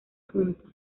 junta